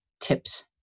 tips